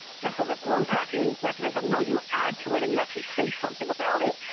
just as a growth hacking mechanism no, you add to it, and you actually say something about it,